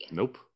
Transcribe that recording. Nope